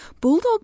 Bulldog